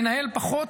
לנהל פחות.